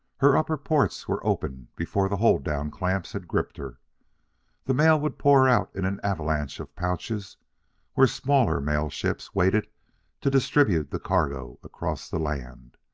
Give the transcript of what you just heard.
her under-ports were open before the hold-down clamps had gripped her the mail would pour out in an avalanche of pouches where smaller mailships waited to distribute the cargo across the land.